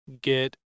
Get